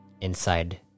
inside